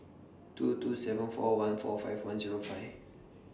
two two seven four one four five one Zero five